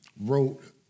wrote